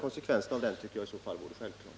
Konsekvenserna av den borde sedan vara självklara.